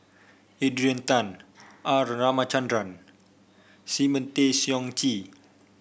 Adrian Tan R Ramachandran Simon Tay Seong Chee